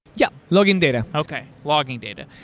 yeah, logging data okay. logging data.